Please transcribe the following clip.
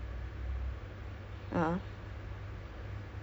chinese but he's a italian chinese